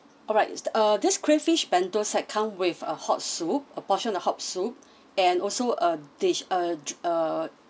alright is the uh this crayfish bento set comes with a hot soup a portion of hot soup and also a dish a a